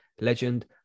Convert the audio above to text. legend